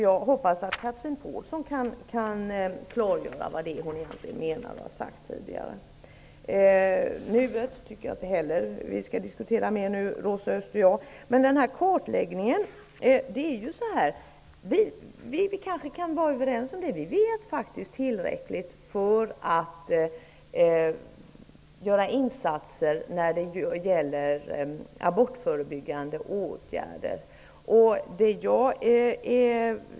Jag hoppas att Chatrine Pålsson kan klargöra vad hon menar. ''Nuet'' tycker jag inte heller att Rosa Östh och jag skall diskutera mer. Men beträffande kartläggningen kan vi kanske vara överens. Vi vet faktiskt tillräckligt för att göra insatser när det gäller abortförebyggande åtgärder.